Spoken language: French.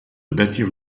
bâtir